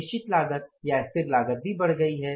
निश्चित लागत भी बढ़ गई है